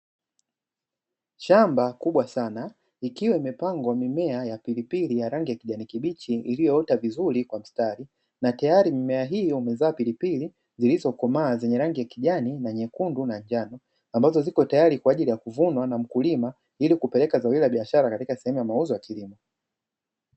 Shamba kubwa sana likiwa limepangwa mimea ya pilipili ya rangi ya kijani kibichi lililoota vizuri kwa mstari na tayari mimea hii imezaa pilipili zilizokomaa, zenye rangi ya kijani na nyekundu na njano ambazo ziko tayari kuvunwa na mkulima ili kupelekwa zao hilo la biashara katika sehemu ya mauzo ya kilimo.